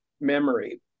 memory